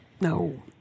No